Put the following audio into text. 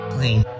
Clean